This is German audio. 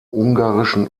ungarischen